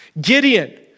Gideon